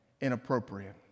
inappropriate